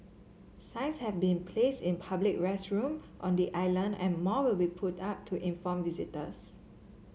signs have been place in public restroom on the island and more will be put up to inform visitors